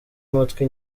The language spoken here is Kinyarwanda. amatwi